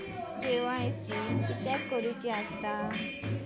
KYC किदयाक करूची?